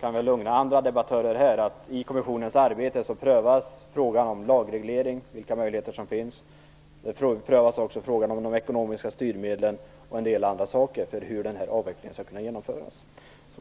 kan vi lugna andra debattörer här med att i kommissionens arbete prövas frågan om lagreglering och vilka möjligheter som finns. Frågan om de ekonomiska styrmedlen m.m. när det gäller hur avvecklingen skall kunna genomföras prövas också.